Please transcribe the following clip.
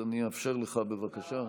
אז אני אאפשר לך, בבקשה.